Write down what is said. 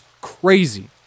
crazy